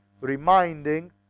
reminding